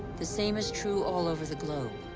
the same is true all over the globe.